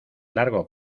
largo